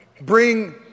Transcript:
bring